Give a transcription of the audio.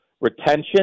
retention